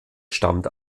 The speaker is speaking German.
stammt